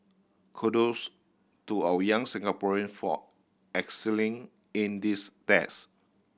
kudos to our young Singaporean for excelling in these best